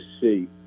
see